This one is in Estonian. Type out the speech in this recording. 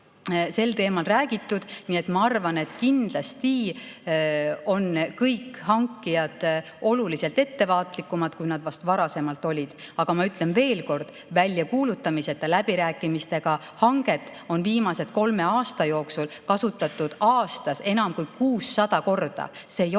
sel teemal räägitud, nii et ma arvan, et kindlasti on kõik hankijad oluliselt ettevaatlikumad, kui nad vast varasemalt olid. Aga ma ütlen veel kord: väljakuulutamiseta läbirääkimistega hanget on viimase kolme aasta jooksul kasutatud aastas enam kui 600 korda. See ei olnud